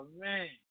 man